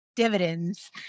Dividends